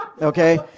okay